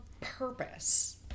purpose